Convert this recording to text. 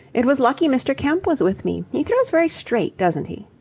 it was lucky mr. kemp was with me. he throws very straight, doesn't he.